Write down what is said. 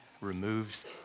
removes